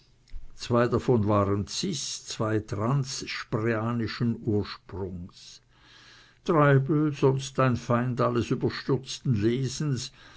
zwei davon waren zis zwei transspreeanischen ursprunges treibel sonst ein feind alles überstürzten lesens